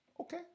okay